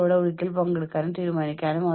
നിങ്ങളുടെ ഡ്രോയറുകളിൽ കൂടി കടന്നുപോകൂ